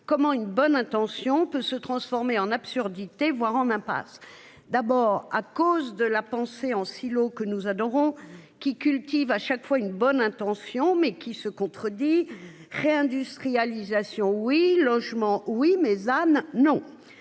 comment une bonne intention peut se transformer en absurdité, voire en impasse d'abord à cause de la pensée en silos que nous adorons qui cultive à chaque fois une bonne intention, mais qui se contredit. Réindustrialisation oui logement oui mais Anne non